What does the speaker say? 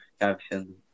caption